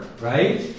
right